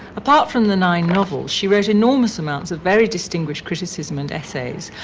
apart from the nine novels, she wrote enormous amounts of very distinguished criticism and essays,